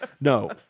No